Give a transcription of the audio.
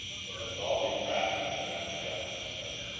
so that was all recrafted after geoff started.